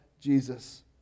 Jesus